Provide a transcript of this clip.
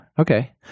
okay